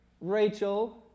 Rachel